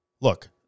Look